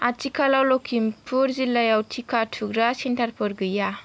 आथिखालाव लखिमपुर जिल्लायाव टिका थुग्रा सेन्टारफोर गैया